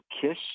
kiss